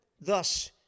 Thus